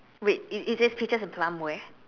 wait it it says peaches and plum where